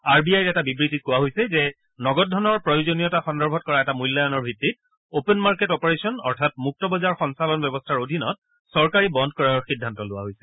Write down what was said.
R B আইৰ এটা বিবৃতিত কোৱা হৈছে যে নগদ ধনৰ প্ৰয়োজনীয়তা সন্দৰ্ভত কৰা এটা মূল্যায়নৰ ভিত্তিত অপেন মাৰ্কেট অপাৰেশ্যন অৰ্থাৎ মুক্ত বজাৰ সঞ্চালন ব্যৱস্থাৰ অধীনত চৰকাৰী বণু ক্ৰয়ৰ সিদ্ধান্ত লোৱা হৈছে